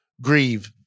grieve